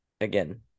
again